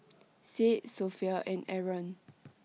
Said Sofea and Aaron